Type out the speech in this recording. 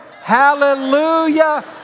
Hallelujah